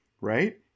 right